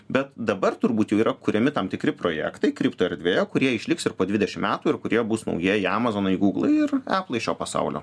bet dabar turbūt jau yra kuriami tam tikri projektai kripto erdvėje kurie išliks ir po dvidešimt metų ir kurie bus naujieji amazonai gūglai ir eplai šio pasaulio